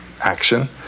action